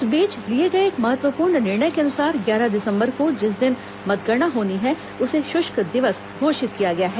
इस बीच लिए गए एक महत्वपूर्ण निर्णय के अनुसार ग्यारह दिसंबर को जिस दिन मतगणना होनी है उसे शुष्क दिवस घोषित किया गया है